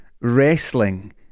wrestling